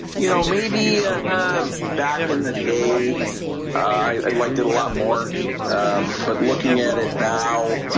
you know, maybe ah back in the day i liked it a lot more but looking at it now